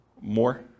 More